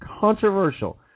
Controversial